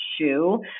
shoe